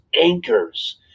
anchors